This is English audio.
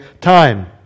time